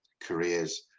careers